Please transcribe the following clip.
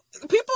people